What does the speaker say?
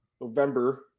November